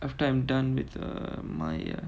after I'm done with uh my uh